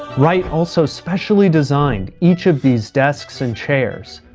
wright also specially designed each of these desks and chairs.